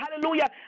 hallelujah